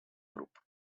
group